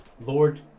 Lord